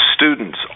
Students